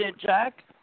Jack